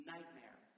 Nightmare